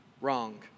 wrong